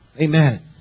Amen